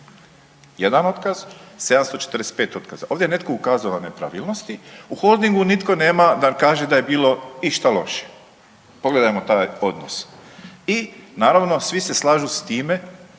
Jedan otkaz, 745 otkaza. Ovdje ne netko ukazao na nepravilnosti, u Holdingu nitko nema da kaže da je bilo išta loše. Pogledajmo taj odnos i naravno svi se slažu s time